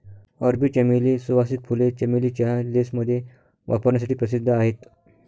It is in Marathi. अरबी चमेली, सुवासिक फुले, चमेली चहा, लेसमध्ये वापरण्यासाठी प्रसिद्ध आहेत